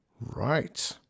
Right